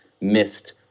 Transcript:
missed